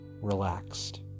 relaxed